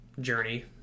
journey